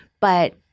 But-